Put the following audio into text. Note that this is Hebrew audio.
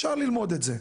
אפשר ללמוד את זה.